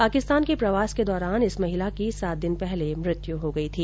पाकिस्तान के प्रवास के दौरान इस महिला की सात दिन पहले मृत्य हो गई थी